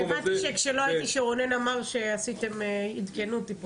הבנתי שרונן אמר שעשיתם אימונים.